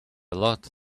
lot